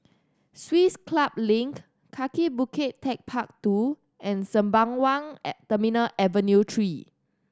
Swiss Club Link Kaki Bukit Techpark Two and Sembawang Terminal Avenue Three